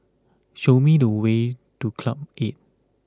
show me the way to Club Eight